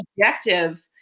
objective